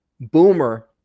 Boomer